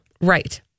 Right